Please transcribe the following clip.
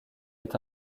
est